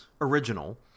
original